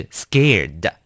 scared